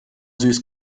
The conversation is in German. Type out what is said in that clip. süß